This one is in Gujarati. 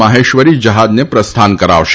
માહેશ્વરી જહાજને પ્રસ્થાન કરાવશે